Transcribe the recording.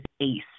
ACE